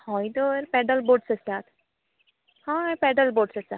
हय तर pedal boats आसतात हय पॅदल बोट्स आसा